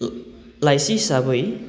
लाइसि हिसाबै